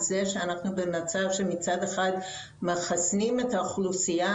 זה שאנחנו במצב שמצד אחד מחסנים את האוכלוסייה